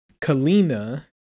Kalina